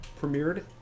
premiered